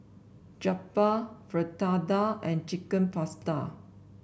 Jokbal Fritada and Chicken Pasta